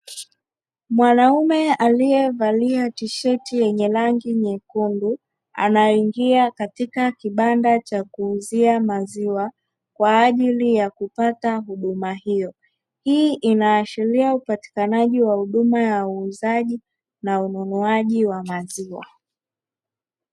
Mwanaume aliyevalia tisheti yenye rangi nyekundu anaingia katika kibanda cha kuuzia maziwa kwa ajili ya kupata huduma hiyo, hii inaashiria upatikanaji wa huduma ya uuzaji na ununuaji wa maziwa.